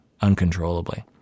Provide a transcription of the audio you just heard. uncontrollably